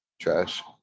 Trash